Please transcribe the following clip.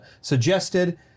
suggested